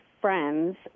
friends